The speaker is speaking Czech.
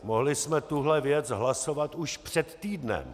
Mohli jsme tuto věc hlasovat už před týdnem.